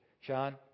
Sean